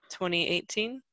2018